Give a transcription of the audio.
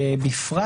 ובפרט